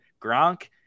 Gronk